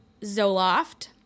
Zoloft